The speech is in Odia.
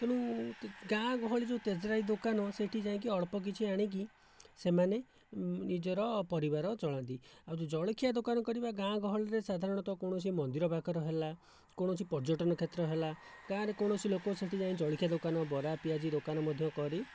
ତେଣୁ ଗାଁ ଗହଳି ଯେଉଁ ତେଜରାତି ଦୋକାନ ସେ'ଠି ଯାଇକି ଅଳ୍ପ କିଛି ଆଣିକି ସେମାନେ ନିଜର ପରିବାର ଚଳାନ୍ତି ଆଉ ଯେଉଁ ଜଳଖିଆ ଦୋକାନ କରିବା ଗାଁ ଗହଳିରେ ସାଧାରଣତଃ କୌଣସି ମନ୍ଦିର ପାଖରେ ହେଲା କୌଣସି ପର୍ଯ୍ୟଟନ କ୍ଷେତ୍ର ହେଲା ଗାଁରେ କୌଣସି ଲୋକ ସେ'ଠି ଯାଇଁ ଜଳଖିଆ ଦୋକାନ ବରା ପିଆଜି ଦୋକାନ ମଧ୍ୟ କରି